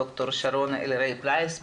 ד"ר שרון אלרעי פרייס,